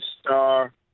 star